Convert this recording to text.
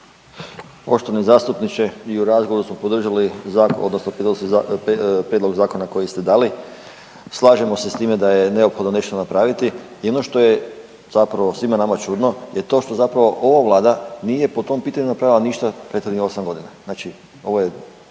Poštovani zastupniče, i u razgovoru smo podržali odnosno .../nerazumljivo/... prijedlog zakona koji ste dali. Slažemo se s time da je neophodno nešto napraviti i ono što je zapravo svima nama čudno je to što zapravo ova Vlada nije po tom pitanju napravila ništa prethodnih 8 godina,